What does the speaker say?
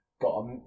Got